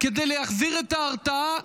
כדי להחזיר את ההרתעה.